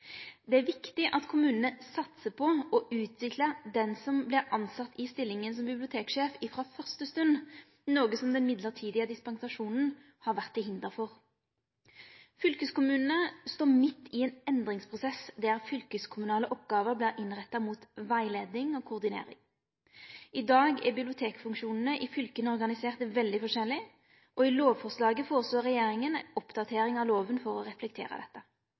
Det er viktig at kommunane satsar på å utvikle den som vert tilsett i stillinga som biblioteksjef, frå første stund, noko som den mellombelse dispensasjonen har vore til hinder for. Fylkeskommunane står midt i ein endringsprosess der fylkeskommunale oppgåver vert innretta mot rettleiing og koordinering. I dag er bibliotekfunksjonane i fylka organiserte svært forskjellig, og i lovforslaget foreslår regjeringa ei oppdatering av loven for å reflektere dette.